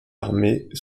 armée